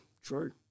true